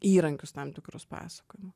įrankius tam tikrus pasakojimo